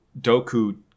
Doku